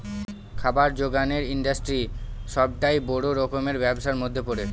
খাবার জোগানের ইন্ডাস্ট্রি সবটাই বড় রকমের ব্যবসার মধ্যে পড়ে